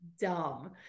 dumb